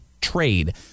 trade